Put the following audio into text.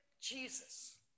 Jesus